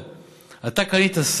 אתה ראית מחיר עולה?